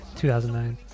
2009